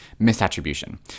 Misattribution